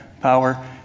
Power